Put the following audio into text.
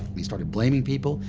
he started blaming people,